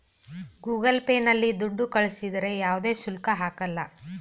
Google Pay ನಲ್ಲಿ ದುಡ್ಡು ಕಳಿಸಿದರೆ ಯಾವುದೇ ಶುಲ್ಕ ಹಾಕಲ್ಲ